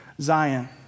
Zion